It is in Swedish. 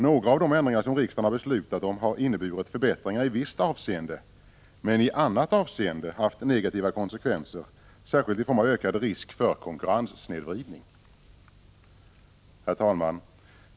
Några av de ändringar som riksdagen har beslutat om har inneburit förbättringar i visst avseende, men i annat avseende haft negativa konsekvenser särskilt i form av ökad risk för konkurrenssnedvridning. Herr talman!